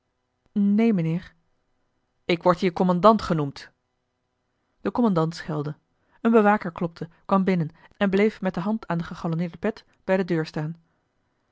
neen mijnheer ik word hier kommandant genoemd de kommandant schelde een bewaker klopte kwam binnen en bleef met de hand aan de gegalonneerde pet bij de deur staan